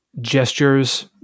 gestures